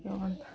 त्यहाँबाट